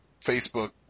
Facebook